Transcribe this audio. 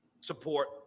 support